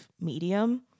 medium